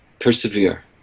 persevere